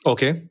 Okay